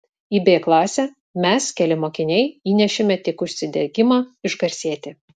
į b klasę mes keli mokiniai įnešėme tik užsidegimą išgarsėti